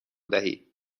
دهی